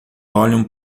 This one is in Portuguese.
olham